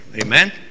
Amen